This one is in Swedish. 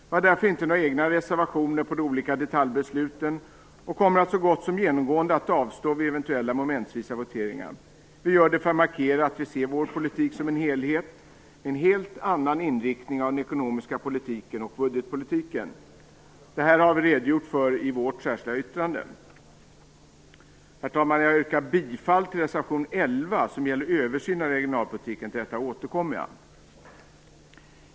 Vi har därför inte några egna reservationer till de olika detaljbesluten och kommer att så gott som genomgående avstå vid eventuella momentvisa voteringar. Vi gör det för att markera att vi ser vår politik som en helhet, med en helt annan inriktning av den ekonomiska politiken och budgetpolitiken. Detta har vi redogjort för i vårt särskilda yttrande. Herr talman! Jag yrkar bifall till reservation 11, som gäller översyn av regionalpolitiken. Till detta återkommer jag.